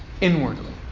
inwardly